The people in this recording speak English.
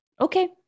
okay